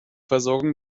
versorgung